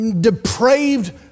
depraved